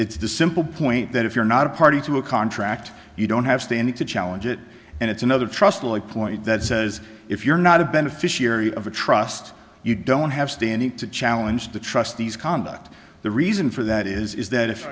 it's the simple point that if you're not a party to a contract you don't have standing to challenge it and it's another trust like point that says if you're not a beneficiary of a trust you don't have standing to challenge the trustees conduct the reason for that is that if